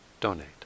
donate